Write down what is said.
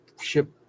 ship